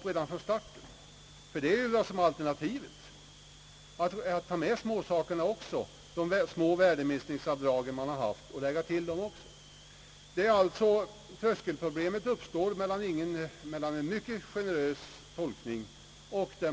Men är det bättre att man tar med alla små värdeminskningsavdrag man haft ända från starten, ty det är ju det enda = alternativet? Tröskelproblemet uppstår vid gränsen mellan en mycket generös tolkning och det